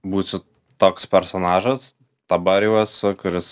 būsiu toks personažas dabar jau esu kuris